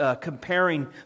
comparing